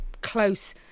close